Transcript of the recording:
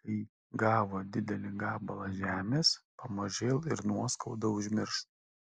kai gavo didelį gabalą žemės pamažėl ir nuoskaudą užmiršo